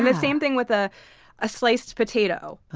and same thing with a ah sliced potato.